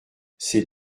c’est